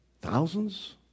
thousands